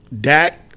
Dak